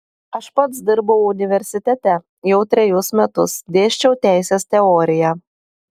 aš pats dirbau universitete jau trejus metus dėsčiau teisės teoriją